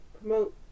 promote